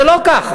זה לא ככה.